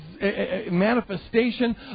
manifestation